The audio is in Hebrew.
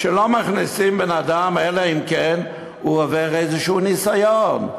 שלא מכניסים בן-אדם אלא אם כן הוא עובר איזשהו ניסיון,